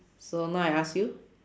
so now I ask you